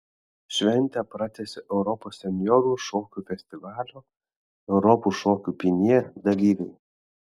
šventę pratęsė europos senjorų šokių festivalio europos šokių pynė dalyviai